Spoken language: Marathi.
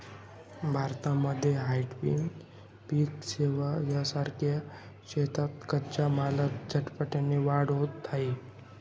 भारतामध्ये हायब्रीड पिक सेवां सारख्या शेतीच्या कच्च्या मालात झपाट्याने वाढ होत आहे